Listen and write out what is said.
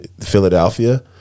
philadelphia